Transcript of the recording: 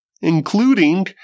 including